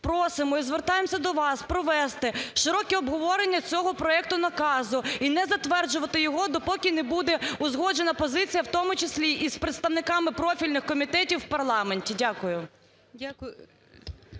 Просимо і звертаємося до вас провести широкі обговорення цього проекту наказу і не затверджувати його, допоки не буде узгоджена позиція, в тому числі і з представниками профільних комітетів в парламенті. Дякую.